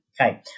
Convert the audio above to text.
okay